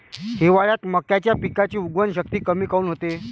हिवाळ्यात मक्याच्या पिकाची उगवन शक्ती कमी काऊन होते?